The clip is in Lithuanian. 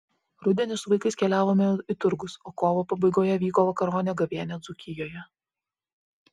rudenį su vaikais keliavome į turgus o kovo pabaigoje vyko vakaronė gavėnia dzūkijoje